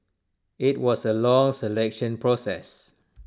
IT was A long selection process